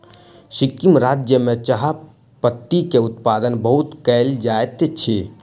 सिक्किम राज्य में चाह पत्ती के उत्पादन बहुत कयल जाइत अछि